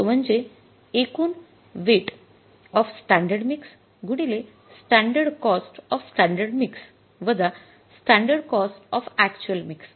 तो म्हणजे एकूण वेट ऑफ स्टैंडर्ड मिक्स गुणिले standard cost of standard mix वजा standard cost of actual mix